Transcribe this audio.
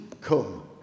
come